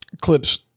clips